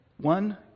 one